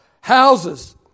houses